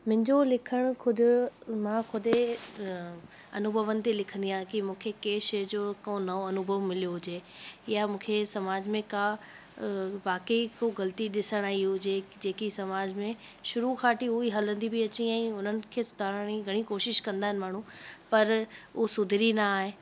मुंहिंजो लिखण ख़ुदि मां ख़ुदि अनुभवनि ते लिखंदी आहे की मूंखे कंहिं शइ जो को नओं अनुभव मिलियो हुजे या मूंखे समाज में का वाक़ई को ग़लिती ॾिसण आई हुजे जेकी समाज में शुरू खां वठी उअं ई हलंदी बि अचे ऐं इअं ई उन्हनि खे सुधारण जी घणी कोशिश कंदा आहिनि माण्हू पर हो सुधरी न आहे